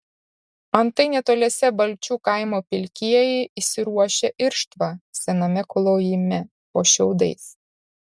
antai netoliese balčių kaimo pilkieji įsiruošę irštvą sename klojime po šiaudais